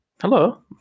Hello